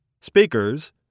Speakers